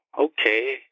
okay